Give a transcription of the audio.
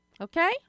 Okay